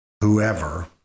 whoever